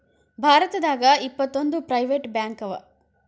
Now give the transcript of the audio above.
ಭಾರತದಾಗ ಇಪ್ಪತ್ತೊಂದು ಪ್ರೈವೆಟ್ ಬ್ಯಾಂಕವ